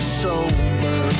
sober